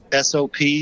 SOPs